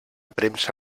premsa